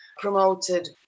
promoted